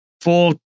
four